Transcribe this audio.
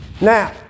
Now